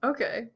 Okay